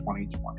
2020